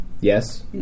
Yes